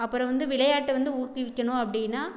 அப்புறம் வந்து விளையாட்டை வந்து ஊக்குவிக்கணும் அப்படீனா